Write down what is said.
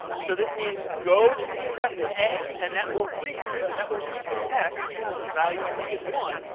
so this means go to the address in a and that will reach that will lead you to x, whose value i think is one.